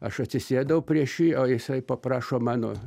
aš atsisėdau prieš jį o jisai paprašo mano